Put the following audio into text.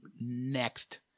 next